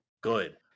good